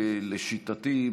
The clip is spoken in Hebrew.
לשיטתי,